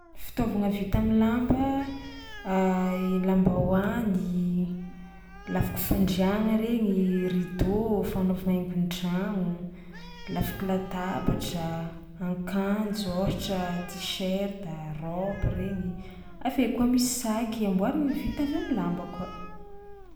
Fitaovagna vita am'lamba: i lambahoany, lafika fandriagna regny, rideau, fagnanaovana haingon-tragno, lafiky latabatra, akanjo ôhatra t-shirt a, raby regny; avy eo koa misy saky amboarigny vita avy am'lamba koa.